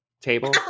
table